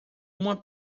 uma